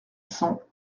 cent